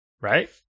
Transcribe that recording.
right